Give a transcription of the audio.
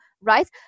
right